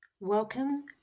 Welcome